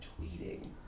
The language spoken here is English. tweeting